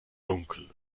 dunkel